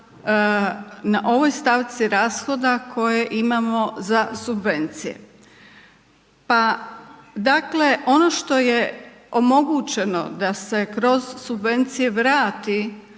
na ovoj stavci rashoda koje imamo za subvencije. Pa dakle ono što je omogućeno da se kroz subvencije vrati